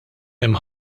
hemm